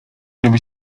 żebym